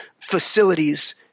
facilities